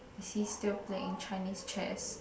is he still playing Chinese chess